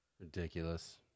Ridiculous